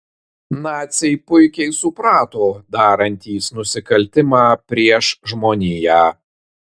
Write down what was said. naciai puikiai suprato darantys nusikaltimą prieš žmoniją